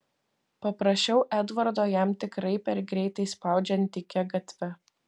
paprašiau edvardo jam tikrai per greitai spaudžiant tykia gatve